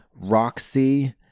Roxy